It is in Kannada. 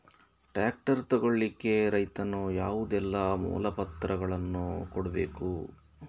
ಟ್ರ್ಯಾಕ್ಟರ್ ತೆಗೊಳ್ಳಿಕೆ ರೈತನು ಯಾವುದೆಲ್ಲ ಮೂಲಪತ್ರಗಳನ್ನು ಕೊಡ್ಬೇಕು?